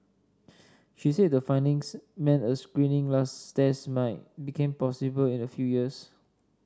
she said the findings meant a screening test might became possible in a few years